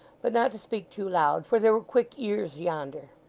but not to speak too loud, for there were quick ears yonder.